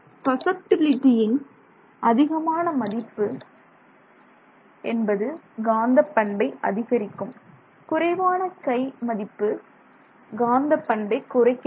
சசப்டிபிலிட்டியின் அதிகமான மதிப்பு என்பது காந்த பண்பை அதிகரிக்கும் குறைவான சை மதிப்பு காந்த பண்பை குறைக்கிறது